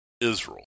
israel